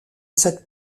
cette